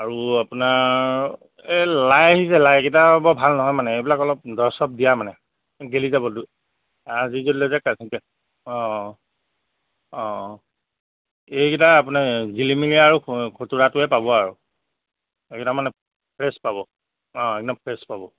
আৰু আপোনাৰ এই লাই আহিছে লাইকেইটাও বৰ ভাল নহয় মানে এইবিলাক অলপ দৰৱ চৰৱ দিয়া মানে গেলি যাব দু আজি যদি লৈ যায় কাইলৈ তেন্তে অঁ অঁ এইকেইটা আপোনাৰ জিলিমিলি আৰু ক খুতৰাটোৱে পাব আৰু এইকেইটা মানে ফ্ৰেছ পাব অঁ একদম ফ্ৰেছ পাব